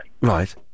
Right